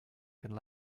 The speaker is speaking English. could